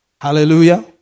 Hallelujah